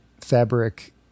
fabric